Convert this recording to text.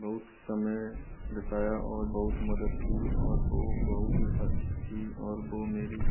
बहुत समय बिताया और बहुत मदद की और वो बहुत ही अच्छी थी और वो मेरी